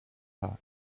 park